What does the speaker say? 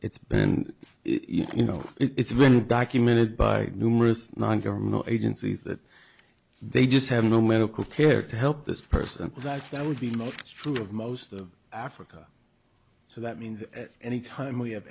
it's been you know it's been documented by numerous non government agencies that they just have no medical care to help this person that's that would be most true of most of africa so that means anytime we have